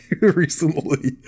recently